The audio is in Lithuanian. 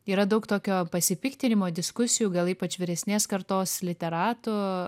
yra daug tokio pasipiktinimo diskusijų gal ypač vyresnės kartos literatų